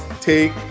take